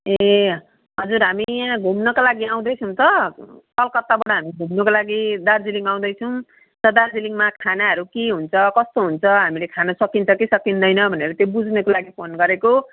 ए हजुर हामी यहाँ घुम्नको लागि आउँदैछौँ त कलकत्ताबाट हामी घुम्नको लागि दार्जिलिङ आउँदैछौँ त दार्जिलिङमा खानाहरू के हुन्छ कस्तो हुन्छ हामीले खान सकिन्छ कि सकिँदैन भनेर त्यो बुझ्नुको लागि फोन गरेको